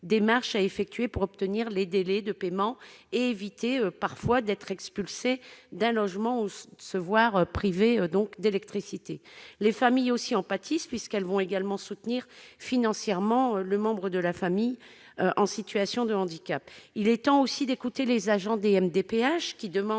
démarches à effectuer pour obtenir des délais de paiement et éviter d'être expulsé d'un logement ou de se voir privé d'électricité. Les familles en pâtissent, puisqu'elles sont conduites à soutenir financièrement leur proche en situation de handicap. Il est temps d'écouter les agents des MDPH, qui demandent